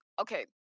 okay